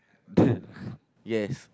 yes